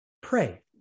pray